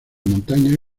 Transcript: montaña